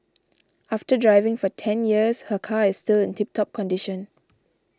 after driving for ten years her car is still in tip top condition